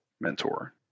mentor